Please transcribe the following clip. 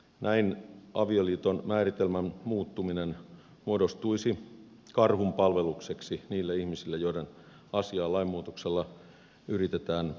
näin avioliiton määritelmän muuttuminen muodostuisi karhunpalvelukseksi niille ihmisille joiden asiaa lainmuutoksella yritetään edistää